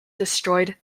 destroyed